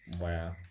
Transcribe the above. Wow